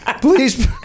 Please